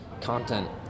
content